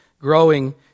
growing